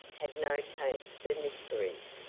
had no taste for mysteries,